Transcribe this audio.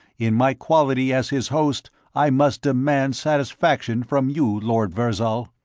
in my quality as his host, i must demand satisfaction from you, lord virzal.